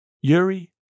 Yuri